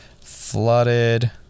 Flooded